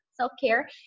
self-care